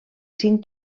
cinc